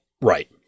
Right